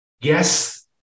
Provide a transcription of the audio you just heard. yes